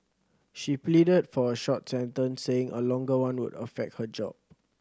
she pleaded for a short sentence saying a longer one would affect her job